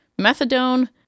Methadone